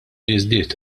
jiżdied